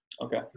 okay